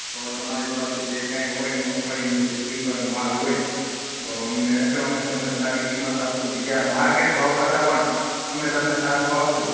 તો તમારી પાસે જે કાંઈ હોય મગફળીની જેટલી પણ માલ હોય તો અમને વેચવામાં તમને સારી કિંમત આપીશું બીજા માર્કેટ ભાવ કરતાં પણ અમે તમને સારું આપીશું